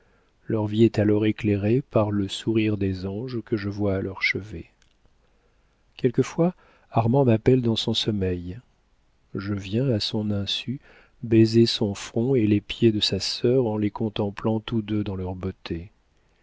leur vie est alors éclairée par le sourire des anges que je vois à leur chevet quelquefois armand m'appelle dans son sommeil je viens à son insu baiser son front et les pieds de sa sœur en les contemplant tous deux dans leur beauté